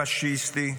פשיסטי.